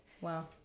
Wow